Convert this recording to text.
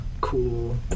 cool